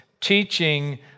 teaching